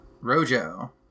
Rojo